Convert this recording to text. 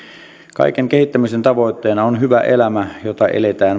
kaiken kehittämisen tavoitteena on hyvä elämä jota eletään